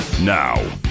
Now